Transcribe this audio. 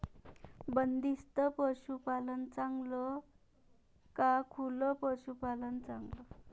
बंदिस्त पशूपालन चांगलं का खुलं पशूपालन चांगलं?